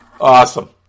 Awesome